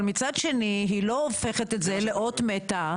אבל מצד שני לא הופכת את זה לאות מתה.